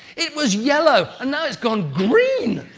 it was yellow and now it's gone green!